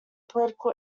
political